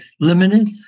limited